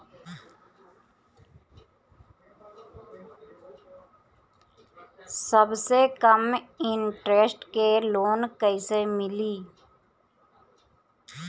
सबसे कम इन्टरेस्ट के लोन कइसे मिली?